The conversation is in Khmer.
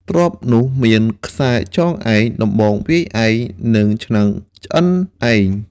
ទ្រព្យនោះមាន ខ្សែចងឯង ដំបងវាយឯង និងឆ្នាំងឆ្អិនឯង។